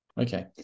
Okay